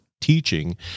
teaching